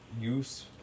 use